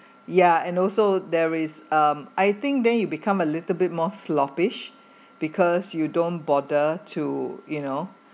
ya and also there is um I think then you become a little bit more sloppiest because you don't bother to you know